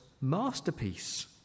masterpiece